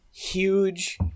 huge